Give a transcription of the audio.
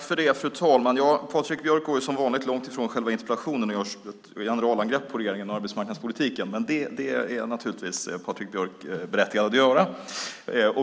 Fru talman! Patrik Björck går som vanligt långt ifrån själva interpellationen och gör ett generalangrepp på regeringen och arbetsmarknadspolitiken, men det är Patrik Björck naturligtvis berättigad att göra.